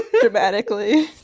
dramatically